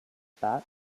that